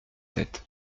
sept